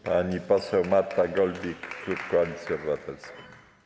Pani poseł Marta Golbik, klub Koalicji Obywatelskiej.